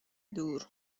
دور